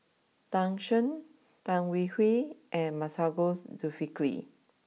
Tan Shen Tan Hwee Hwee and Masagos Zulkifli